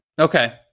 Okay